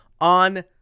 on